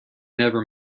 never